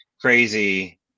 crazy